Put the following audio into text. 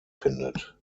findet